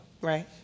Right